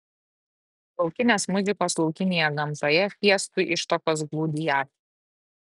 laukinės muzikos laukinėje gamtoje fiestų ištakos glūdi jav